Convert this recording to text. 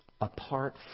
apart